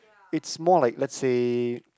it's more like let's say